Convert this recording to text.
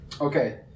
Okay